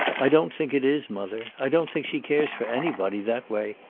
i don't think it is, mother. i don't think she cares for anybody, that way,